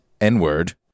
N-word